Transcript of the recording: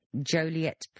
Joliet